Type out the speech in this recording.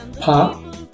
pop